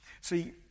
See